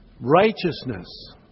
Righteousness